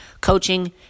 Coaching